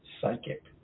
psychic